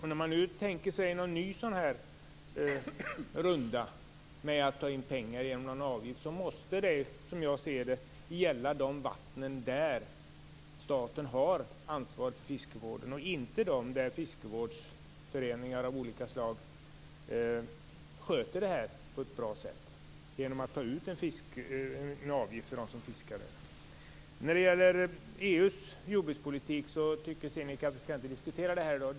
När man nu tänker sig en ny sådan här runda med att ta in pengar genom en avgift måste det, som jag ser det, gälla de vatten där staten har ansvar för fiskevården, inte de vatten där fiskevårdsföreningar av olika slag på ett bra sätt sköter vattnen genom att ta ut en avgift för dem som fiskar. Så till EU:s jordbrukspolitik. Den tycker inte Sinikka Bohlin att vi skall diskutera här i dag.